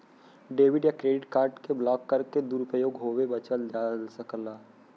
debit या credit card के block करके दुरूपयोग होये बचल जा सकला